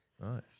Nice